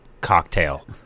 cocktail